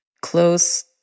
close